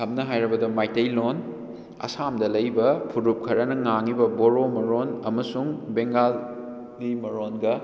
ꯁꯝꯅ ꯍꯥꯏꯔꯕꯗ ꯃꯩꯇꯩ ꯂꯣꯟ ꯑꯁꯥꯝꯗ ꯂꯩꯕ ꯐꯨꯔꯨꯞ ꯈꯔꯅ ꯉꯥꯡꯂꯤꯕ ꯕꯣꯔꯣ ꯃꯔꯣꯟ ꯑꯃꯁꯨꯡ ꯕꯦꯡꯒꯥꯂꯤ ꯃꯔꯣꯟꯒ